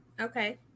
okay